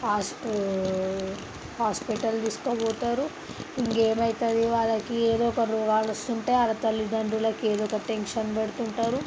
hospital hospital తీసుకొని పోతారు ఇంకేమి అవుతుంది వాళ్ళకి ఏదో ఒక రోగాలు వస్తుంటాయి వాళ్ళ తల్లిదండ్రులకి ఏదో ఒక టెన్షన్ పడుతుంటారు